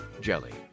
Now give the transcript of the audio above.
jelly